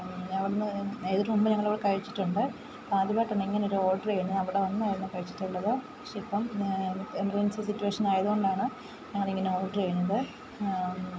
ഞാൻ അന്ന് ഇതിനു മുമ്പ് ഞങ്ങൾ ഇവിടെ കഴിച്ചിട്ടുണ്ട് ആദ്യമായിട്ടാണ് ഇങ്ങനെ ഒരു ഓഡർ ചെയ്യുന്നത് അവിടെ വന്നായിരുന്നു കഴിച്ചിട്ടുള്ളത് പക്ഷേ ഇപ്പം എമർജൻസി സിറ്റുവേഷൻ ആയതുകൊണ്ടാണ് ഞങ്ങളിങ്ങനെ ഓഡർ ചെയ്യുന്നത്